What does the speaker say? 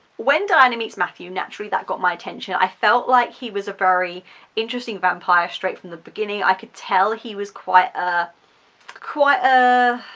when diana meets matthew naturally that got my attention i felt like he was a very interesting vampire straight from the beginning i could tell he was quite a quite a.